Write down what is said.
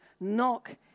Knock